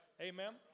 Amen